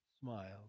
smiled